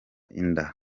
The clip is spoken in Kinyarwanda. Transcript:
inda